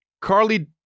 Carly